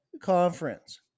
Conference